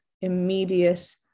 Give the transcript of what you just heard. immediate